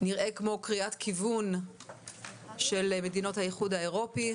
נראה כמו קריאת כיוון של מדינות האיחוד האירופאי.